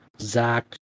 zach